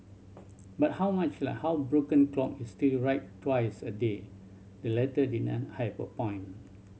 but how much like how broken clock is still right twice a day the letter didn't have a point